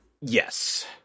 yes